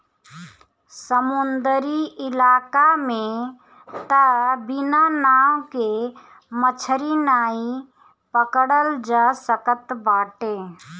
समुंदरी इलाका में तअ बिना नाव के मछरी नाइ पकड़ल जा सकत बाटे